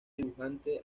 dibujante